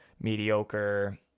mediocre